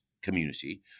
community